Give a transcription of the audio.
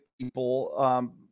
people